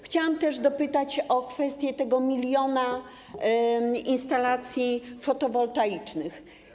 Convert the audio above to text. Chciałam też dopytać o kwestię tego miliona instalacji fotowoltaicznych.